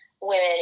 women